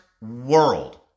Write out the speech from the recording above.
world